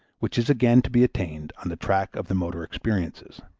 which is again to be attained on the track of the motor experiences.